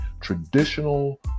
traditional